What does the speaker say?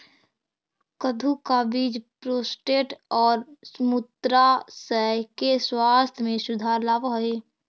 कद्दू का बीज प्रोस्टेट और मूत्राशय के स्वास्थ्य में सुधार लाव हई